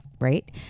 right